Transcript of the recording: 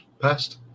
Best